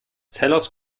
zellers